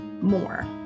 more